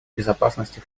безопасности